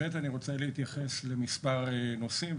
אני רוצה להתייחס למספר נושאים,